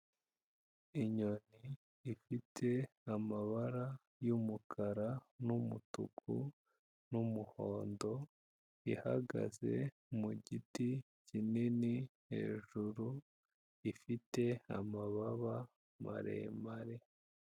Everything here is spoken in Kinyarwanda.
Inyoni ifite amabara y'umukara n'umutuku n'umuhondo, ihagaze mu giti kinini hejuru, ifite amababa maremare.